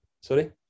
Sorry